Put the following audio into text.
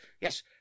Yes